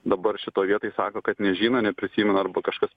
dabar šitoj vietoj sako kad nežino neprisimena arba kažkas